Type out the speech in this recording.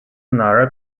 nara